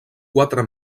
quatre